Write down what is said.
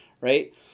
right